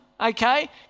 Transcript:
okay